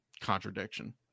contradiction